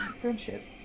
friendship